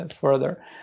further